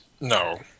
No